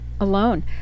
alone